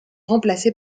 remplacé